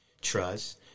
trust